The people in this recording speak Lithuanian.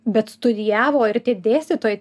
bet studijavo ir tie dėstytojai